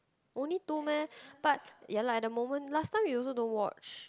only two meh but ya lah at the moment last time you also don't watch